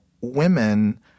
women